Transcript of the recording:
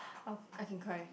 how I can cry